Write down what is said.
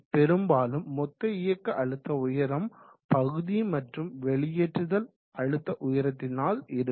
பெரும்பாலும் மொத்த இயக்க அழுத்த உயரம் பகுதி மற்றும் வெளியேறுதல் அழுத்த உயர்த்தினால் இருக்கும்